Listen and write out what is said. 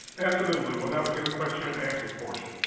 absolutely, we'll now begin the question and answer portion.